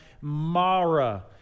Mara